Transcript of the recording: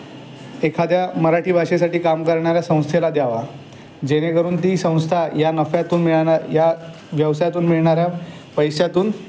एखाद्या मराठी भाषेसाठी काम करणाऱ्या संस्थेला द्यावा जेणेकरून ती संस्था या नफ्यातून मिळणा या व्यवसायातून मिळणाऱ्या पैशातून